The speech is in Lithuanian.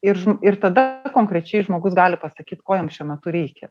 ir ir tada konkrečiai žmogus gali pasakyt ko jam šiuo metu reikia